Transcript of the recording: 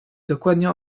dokładnie